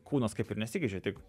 kūnas kaip ir nesikeičia tik